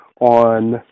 On